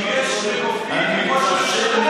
אבל אני אומר שוב.